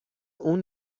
اون